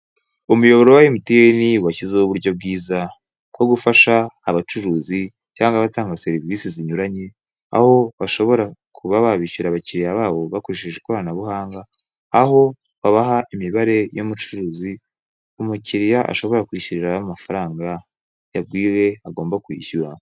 Umuyoboro wa MTN washyizeho uburyo bwiza bwo gufasha abacuruzi cyangwa abatanga serivise zinyuranye aho bashobora kuba babishyura(abakiliya babo) bakoresheje ikoranabuhanga aho babaha imibare y'umucuruzi umukiliya ashobora kwishyuraho amafaranga yabwiwe agomba kwishyura.